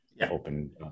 open